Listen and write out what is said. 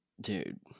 Dude